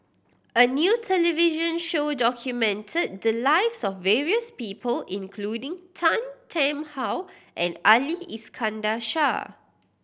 a new television show documented the lives of various people including Tan Tarn How and Ali Iskandar Shah